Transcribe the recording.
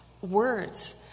words